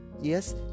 yes